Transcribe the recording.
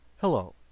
hello